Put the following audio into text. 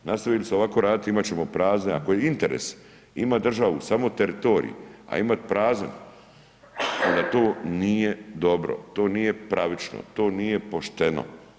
Nastavi li se ovako raditi, imat ćemo prazne, ako je interes imati državu, samo teritorij, a imati prazan, onda to nije dobro, to nije pravično, to nije pošteno.